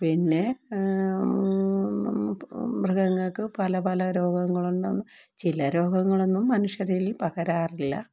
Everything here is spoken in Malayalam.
പിന്നെ മൃഗങ്ങൾക്കു പല പല രോഗങ്ങളുണ്ടാകുന്നു ചില രോഗങ്ങളൊന്നും മനുഷ്യരിൽ പകരാറില്ല